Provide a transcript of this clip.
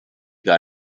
gar